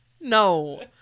no